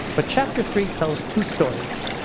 but chapter three tells two stories,